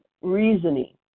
reasoning